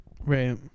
Right